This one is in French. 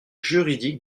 juridique